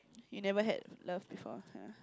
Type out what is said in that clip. you never had love before [huh]